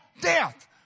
death